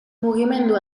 mugimendu